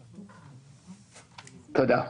תודה.